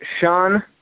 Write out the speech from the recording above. Sean